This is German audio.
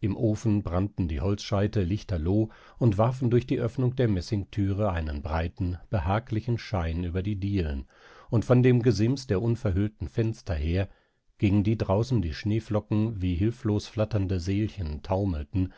im ofen brannten die holzscheite lichterloh und warfen durch die oeffnung der messingthüre einen breiten behaglichen schein über die dielen und von dem gesims der unverhüllten fenster her gegen die draußen die schneeflocken wie hilflos flatternde seelchen taumelten